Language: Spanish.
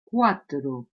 cuatro